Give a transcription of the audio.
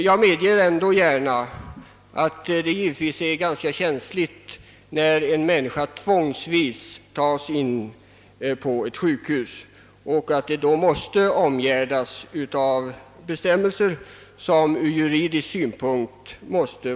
Jag medger ändå gärna, att det givetvis är ganska känsligt, när en människa tvångsvis skall tas in på ett sjukhus och att denna intagning då måste omgärdas med bestämmelser, som är acceptabla ur juridisk synpunkt.